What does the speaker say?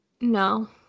No